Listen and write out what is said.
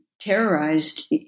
terrorized